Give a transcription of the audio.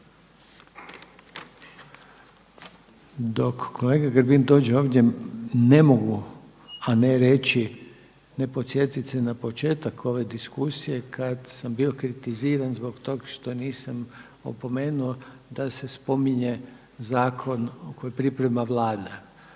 Dok kolega Grbin dođe ovdje ne mogu a ne reći, ne podsjetiti se na početak ove diskusije kada sam bio kritiziran zbog toga što nisam opomenuo da se spominje zakon koji priprema Vlada.